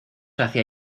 hacia